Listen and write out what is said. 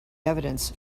evidence